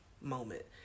moment